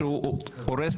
פחם.